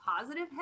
positive